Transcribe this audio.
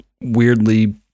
weirdly